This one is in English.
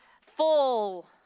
full